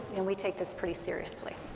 and we take this pretty seriously.